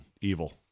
evil